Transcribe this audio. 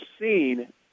seen